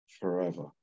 forever